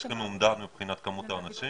יש לכם אומדן מבחינת כמות האנשים